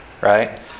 right